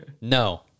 no